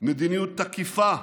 מדיניות תקיפה,